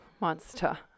monster